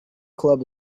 club